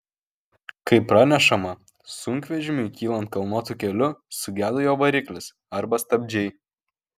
kaip pranešama sunkvežimiui kylant kalnuotu keliu sugedo jo variklis arba stabdžiai